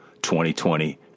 2020